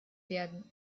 werden